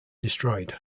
destroyed